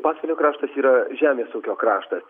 pats kraštas yra žemės ūkio kraštas